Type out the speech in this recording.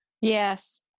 Yes